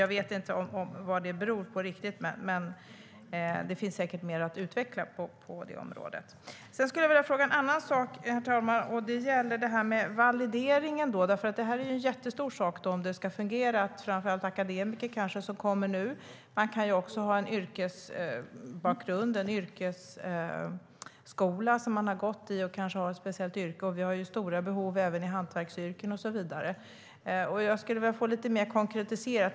Jag vet inte vad detta beror på, men det finns säkert mer att utveckla på det området. Sedan skulle jag vilja fråga en annan sak, och det gäller valideringen. Det är ju en jättesak om det ska fungera för de akademiker som kommer nu. Man kan också ha en yrkesbakgrund med en yrkesskola som man har gått i och kanske har ett speciellt yrke. Vi har ju stora behov också i hantverksyrken. Jag skulle vilja få detta lite mer konkretiserat.